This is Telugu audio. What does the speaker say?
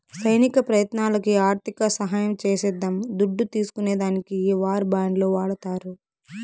సైనిక ప్రయత్నాలకి ఆర్థిక సహాయం చేసేద్దాం దుడ్డు తీస్కునే దానికి ఈ వార్ బాండ్లు వాడతారు